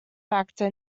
factor